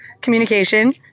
communication